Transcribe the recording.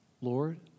Lord